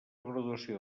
graduació